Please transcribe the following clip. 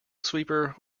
sweeper